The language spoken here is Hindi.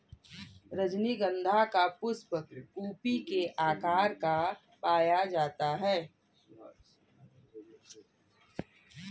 रजनीगंधा का पुष्प कुपी के आकार का पाया जाता है